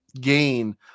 gain